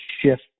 shift